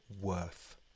worth